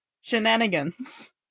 Shenanigans